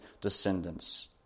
descendants